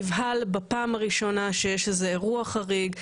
נבהל בפעם הראשונה שיש איזה אירוע חריג,